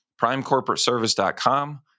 primecorporateservice.com